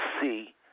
see